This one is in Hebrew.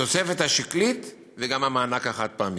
התוספת השקלית וגם המענק החד-פעמי.